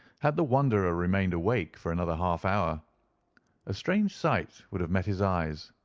had the wanderer remained awake for another half hour a strange sight would have met his eyes.